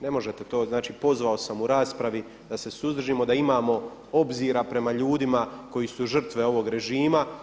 Ne možete to, znači pozvao sam u raspravi, da se suzdržimo, da imamo obzira prema ljudima koji su žrtve ovog režima.